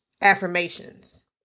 affirmations